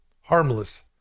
harmless